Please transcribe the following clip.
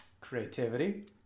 Creativity